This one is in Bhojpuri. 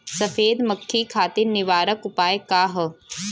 सफेद मक्खी खातिर निवारक उपाय का ह?